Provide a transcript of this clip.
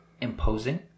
imposing